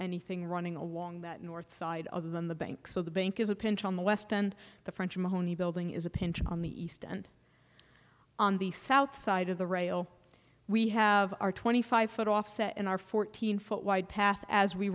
anything running along that north side other than the banks of the bank is a pinch on the west and the french mahoney building is a pinch on the east and on the south side of the rail we have our twenty five foot offset in our fourteen foot wide path as we